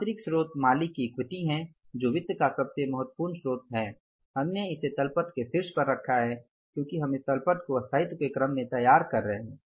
आंतरिक स्रोत मालिक की इक्विटी है जो वित्त का सबसे महत्वपूर्ण स्थायी स्रोत है हमने इसे तल पट के शीर्ष पर रखा है क्योंकि हम इस तल पट को स्थायित्व के क्रम में तैयार कर रहे हैं